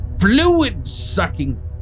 fluid-sucking